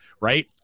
right